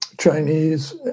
Chinese